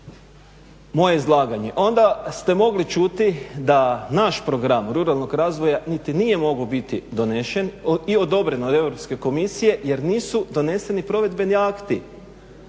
moje izlaganje onda ste mogli čuti da naš program ruralnog razvoja niti nije mogao biti donesen i odobren od Europske komisije jer nisu doneseni provedbeni akti